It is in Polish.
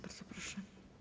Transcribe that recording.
Bardzo proszę.